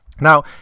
now